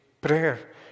prayer